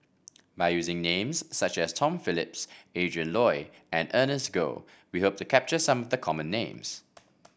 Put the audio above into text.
by using names such as Tom Phillips Adrin Loi and Ernest Goh we hope to capture some the common names